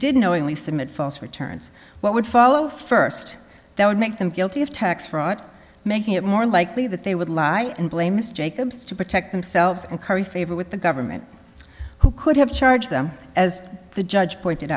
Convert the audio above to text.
didn't knowingly submit false returns what would follow first that would make them guilty of tax fraud making it more likely that they would lie and blame mr jacobs to protect themselves and curry favor with the government who could have charged them as the judge pointed